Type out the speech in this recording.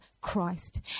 Christ